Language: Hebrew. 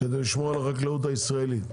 כדי לשמור על החקלאות הישראלית.